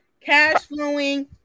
cash-flowing